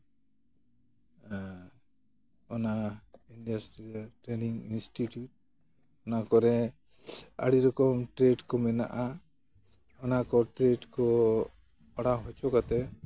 ᱚᱱᱟ industrial training institute ᱚᱱᱟ ᱠᱚᱨᱮ ᱟᱹᱰᱤ ᱨᱚᱠᱚᱢ ᱴᱨᱮᱹᱰ ᱠᱚ ᱢᱮᱱᱟᱜᱼᱟ ᱚᱱᱟ ᱠᱚ ᱪᱨᱮᱹᱰ ᱠᱚ ᱯᱟᱲᱦᱟᱣ ᱦᱚᱪᱚ ᱠᱟᱛᱮ